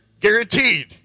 Guaranteed